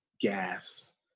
gas